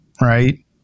right